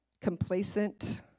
complacent